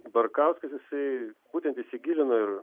barkauskas jisai būtent įsigilino ir